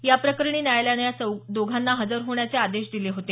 याप्रकरणी न्यायालयानं या दोघांना हजर होण्याचे आदेश दिले होते